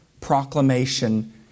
proclamation